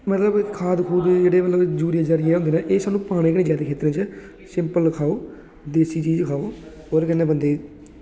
मतलब खाद जेह्ड़े न यूरिया जेह्ड़े न एह् स्हानू पाने निं चाहिदे खेत्तरें च सिंपल खाओ देसी चीज़ खाओ ओह्दे कन्नै बंदे ई